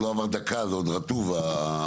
עוד לא עברה דקה עוד רטוב ההקלטה.